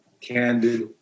candid